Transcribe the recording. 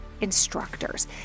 instructors